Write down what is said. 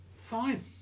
fine